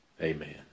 Amen